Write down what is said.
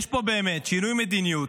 יש פה באמת שינוי מדיניות,